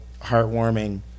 heartwarming